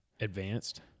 Advanced